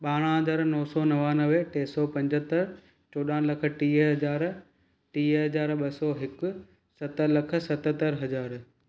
ॿारहं हज़ार नो सौ नवानवे टे सौ पंजहतरि चोॾहं लख टीह हज़ार टीह हज़ार ॿ सौ हिकु सत लख सतहतरि हज़ार